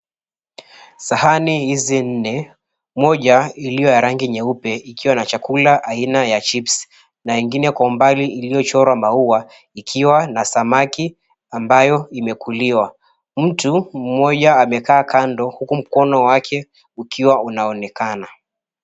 Sahani hizi nne, moja ilioya rangi nyeupe ikiwa na chakula aina ya chips na ingine kwa umbali iliyochorwa maua ikiwa na samaki ambayo imekuliwa. Mtu mmoja amekaa kando huku mkono wake ukuwa unaonekana.